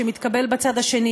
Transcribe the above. שמתקבל בצד השני,